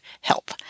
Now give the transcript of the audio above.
help